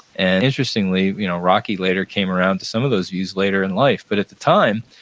and interestingly, you know rocky later came around to some of those views later in life, but at the time,